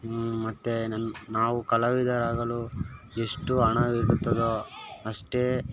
ಮತ್ತು ನನ್ನ ನಾವು ಕಲಾವಿದರಾಗಲು ಎಷ್ಟು ಹಣವಿರುತ್ತದೋ ಅಷ್ಟೇ